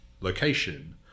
location